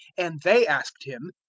and they asked him,